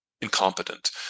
incompetent